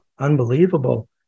Unbelievable